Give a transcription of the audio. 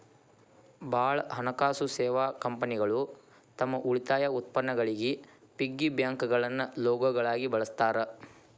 ಭಾಳ್ ಹಣಕಾಸು ಸೇವಾ ಕಂಪನಿಗಳು ತಮ್ ಉಳಿತಾಯ ಉತ್ಪನ್ನಗಳಿಗಿ ಪಿಗ್ಗಿ ಬ್ಯಾಂಕ್ಗಳನ್ನ ಲೋಗೋಗಳಾಗಿ ಬಳಸ್ತಾರ